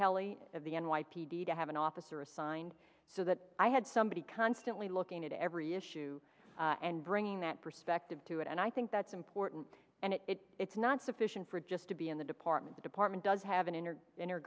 kelly of the n y p d to have an officer assigned so that i had somebody constantly looking at every issue and bringing that perspective to it and i think that's important and it's not sufficient for just to be in the department the department does have an inner inner